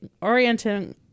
orienting